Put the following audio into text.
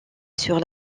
sur